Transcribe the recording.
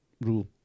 rule